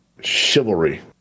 chivalry